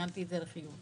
וציינתי את זה לחיוב.